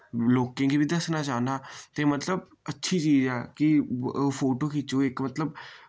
लोकें गी वि दस्सना चाहन्नां ते मतलब अच्छी चीज ऐ कि फोटो खिच्चो इक मतलब